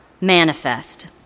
manifest